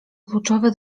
kluczowe